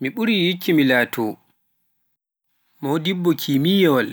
Mi ɓuri yikkimmim laato modibbo kimiyyaji,